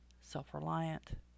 Self-reliant